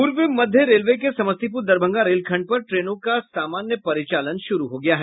पूर्व मध्य रेलवे के समस्तीपूर दरभंगा रेल खंड पर ट्रेनों का सामान्य परिचालन शुरू हो गया है